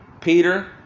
Peter